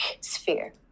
sphere